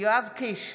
יואב קיש,